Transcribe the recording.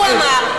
הוא אמר.